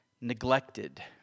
neglected